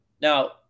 Now